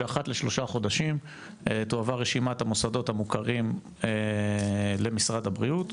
שאחת לשלושה חודשים תועבר רשימת המוסדות המוכרים למשרד הבריאות,